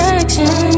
action